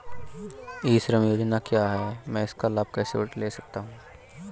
ई श्रम योजना क्या है मैं इसका लाभ कैसे ले सकता हूँ?